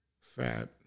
fat